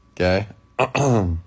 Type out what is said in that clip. Okay